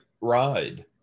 ride